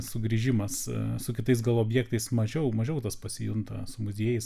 sugrįžimas su kitais gal objektais mažiau mažiau tas pasijunta su muziejais